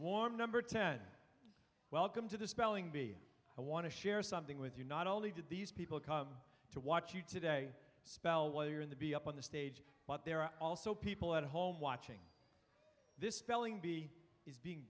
swarm number ten welcome to the spelling bee i want to share something with you not only did these people come to watch you today spell while you're in the be up on the stage but there are also people at home watching this spelling bee is being